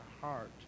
heart